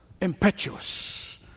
impetuous